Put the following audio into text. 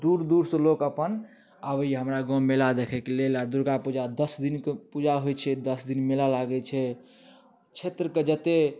दूर दूरसँ लोक अपन आबैया हमरा गाँवमे मेला देखैके लेल आ दुर्गापूजा दश दिन कऽ पूजा होइत छै दश दिन मेला लागैत छै क्षेत्र कऽ जतेक